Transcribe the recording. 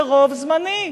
זה רוב זמני,